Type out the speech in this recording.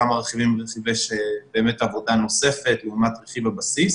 כמה רכיבים זה באמת עבודה נוספת לעומת רכיב הבסיס.